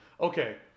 Okay